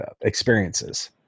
experiences